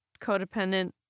codependent